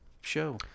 show